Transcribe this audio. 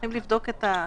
וצריכים לבדוק את האנשים,